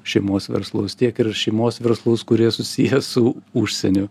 šeimos verslus tiek ir šeimos verslus kurie susiję su užsieniu